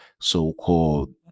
so-called